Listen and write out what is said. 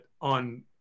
on